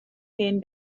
hen